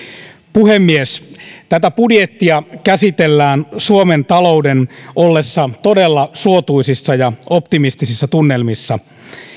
puhemies tätä budjettia käsitellään suomen talouden ollessa todella suotuisissa ja optimistisissa tunnelmissa